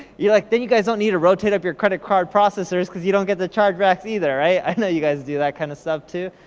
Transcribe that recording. you're like, then you guys don't need to rotate up your credit card processors, cause you don't get the chargebacks either. i know you guys do that kind of stuff too.